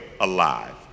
alive